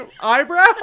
eyebrow